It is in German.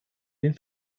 den